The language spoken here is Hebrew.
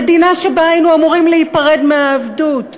מאה שבה היינו אמורים להיפרד מהעבדות,